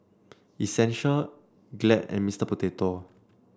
essential glad and Mister Potato